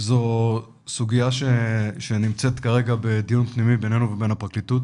זו סוגיה שנמצאת כרגע בדיון פנימי בינינו לבין הפרקליטות.